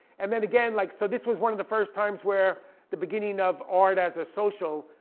and then again, like so this was one of the first times where the beginning of art as a social,